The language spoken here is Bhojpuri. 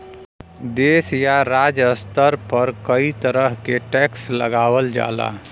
देश या राज्य स्तर पर कई तरह क टैक्स लगावल जाला